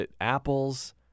Apples